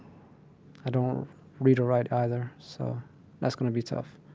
i don't read or write, either. so that's going to be tough.